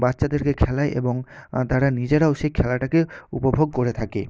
বাচ্চাদেরকে খেলায় এবং তারা নিজেরাও সেই খেলাটাকে উপভোগ করে থাকে